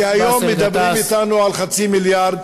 והיום מדברים אתנו על חצי מיליארד.